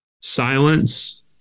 Silence